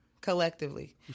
Collectively